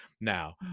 now